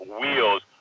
wheels